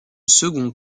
second